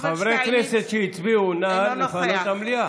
חברי כנסת שהצביעו, נא לפנות את המליאה.